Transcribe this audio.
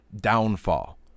downfall